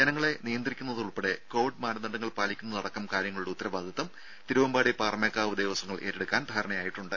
ജനങ്ങളെ നിയന്ത്രിക്കുന്നതുൾപ്പെടെ കോവിഡ് മാനദണ്ഡങ്ങൾ പാലിക്കുന്നതടക്കം കാര്യങ്ങളുടെ ഉത്തരവാദിത്വം തിരുവമ്പാടി പാറമേക്കാവ് ദേവസ്വങ്ങൾ ഏറ്റെടുക്കാൻ ധാരണയായിട്ടുണ്ട്